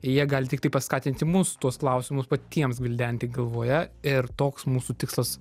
jie gali tiktai paskatinti mus tuos klausimus patiems gvildenti galvoje ir toks mūsų tikslas